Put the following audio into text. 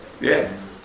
Yes